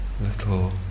little